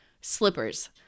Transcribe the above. Slippers